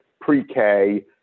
pre-K